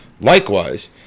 likewise